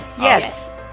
Yes